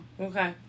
Okay